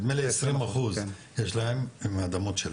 נדמה לי 20% יש להם אדמות,